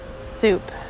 soup